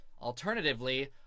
alternatively